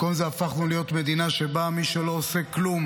מכל זה הפכנו להיות מדינה שבה מי שלא עושה כלום,